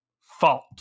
fault